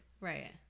Right